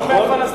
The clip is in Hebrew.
נכון.